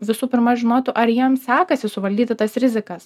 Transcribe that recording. visų pirma žinotų ar jiems sekasi suvaldyti tas rizikas